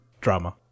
drama